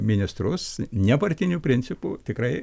ministrus nepartiniu principu tikrai